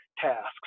tasks